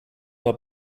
are